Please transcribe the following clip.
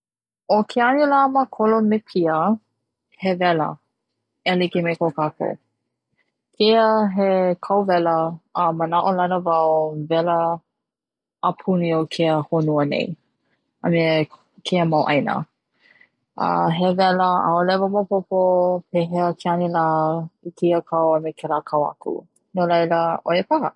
'O ke 'anila ma kolomepia he wela we like me kakou keia he kauwela a mana'o lana wau wela apuni o keia honua nei a me keia mau 'aina a he wela 'a'ole au maopopo pehea ke 'anila i keia kau a me kela kau aku no laila 'oia paha.